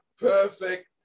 perfect